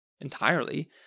entirely